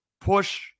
push